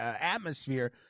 atmosphere